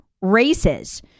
races